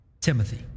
Timothy